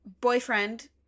boyfriend